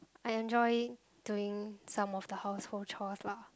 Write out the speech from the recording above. I enjoy doing some of the household chores lah